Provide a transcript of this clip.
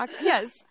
Yes